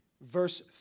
verse